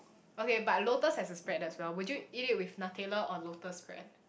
okay but lotus has a spread as well would you eat it with Nutella or lotus spread